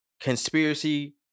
conspiracy